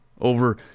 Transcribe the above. over